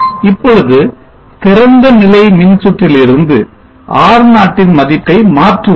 இப்பொழுது திறந்தநிலை மின்சுற்றில் இருந்து R0 ன் மதிப்பை மாற்றுவோம்